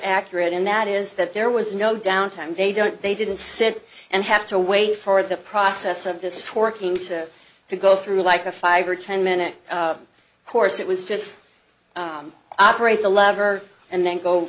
accurate and that is that there was no downtime they don't they didn't sit and have to wait for the process of this torquing to to go through like a five or ten minute course it was just operate the lever and then go